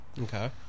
Okay